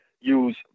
use